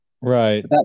Right